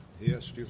Yes